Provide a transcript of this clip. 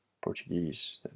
Portuguese